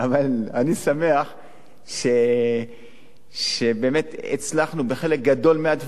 אבל אני שמח שבאמת הצלחנו בחלק גדול מהדברים.